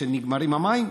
שנגמרים המים,